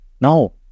No